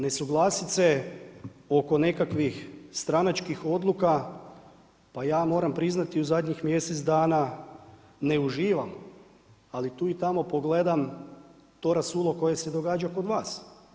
Nesuglasice oko nekakvih stranačkih odluka, pa ja moram priznati u zadnjih mjesec dana ne uživam ali tu i tamo pogledam to rasulo koe se događa kod vas.